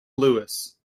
lewis